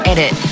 Edit